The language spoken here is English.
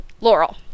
laurel